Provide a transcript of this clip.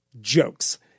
jokes